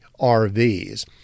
RVs